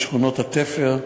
בשכונות התפר,